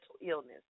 illness